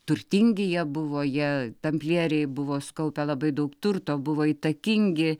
turtingi jie buvo jie tamplieriai buvo sukaupę labai daug turto buvo įtakingi